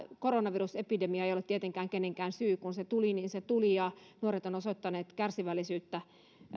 koronavirusepidemia ei ole tietenkään kenenkään syy kun se tuli niin se tuli ja nuoret ovat osoittaneet kärsivällisyyttä